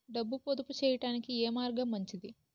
డబ్బు పొదుపు చేయటానికి ఏ మార్గం మంచిది?